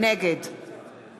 נגד